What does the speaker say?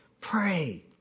Pray